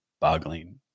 boggling